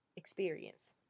experience